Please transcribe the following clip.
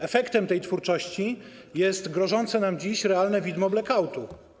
Efektem tej twórczości jest grożące nam dziś realne widmo blackoutu.